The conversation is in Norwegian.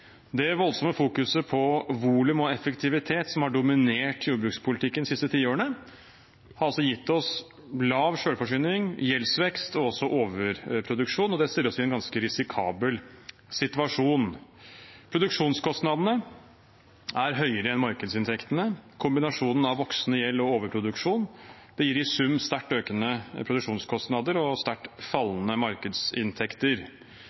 Det voldsomme fokuset på volum og effektivitet som har dominert jordbrukspolitikken de siste ti årene, har altså gitt oss lav selvforsyning, gjeldsvekst og overproduksjon, og det stiller oss i en ganske risikabel situasjon. Produksjonskostnadene er høyere enn markedsinntektene. Kombinasjonen av voksende gjeld og overproduksjon gir i sum sterkt økende produksjonskostnader og sterkt